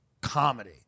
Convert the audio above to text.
comedy